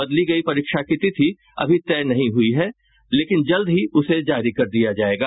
बदली गयी परीक्षा की तिथि अभी तय नहीं हुयी है लेकिन जल्द ही उसे जारी कर दिया जायेगा